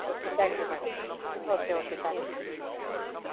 okay thank you madam okay okay thank you